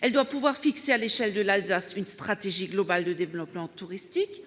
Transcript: Elle doit pouvoir fixer, à l'échelle de l'Alsace, une stratégie globale de développement touristique